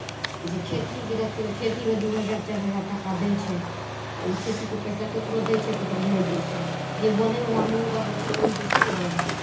जे खेतिे गृहस्थीमे खेतीमे दू हजार चारि हजार टाका दै छै तऽ ओ खेतीके पैसा ककरो दै छै ककरो नहि दै छै जे बोलयवला मुँहगर रहै छै ओ जे छै ने